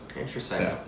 interesting